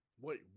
Wait